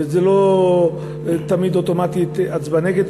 וזה לא אוטומטית הצבעה נגד.